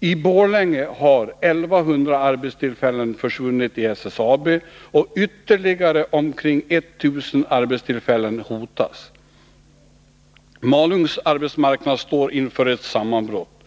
I Borlänge har 1 100 arbetstillfällen försvunnit i SSAB, och ytterligare omkring 1 000 arbetstillfällen hotas. Malungs arbetsmarknad står inför ett sammanbrott.